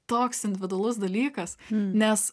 toks individualus dalykas nes